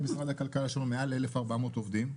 במשרד הכלכלה יש לנו מעל 1,400 עובדים,